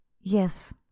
yes